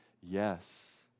Yes